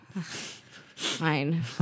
Fine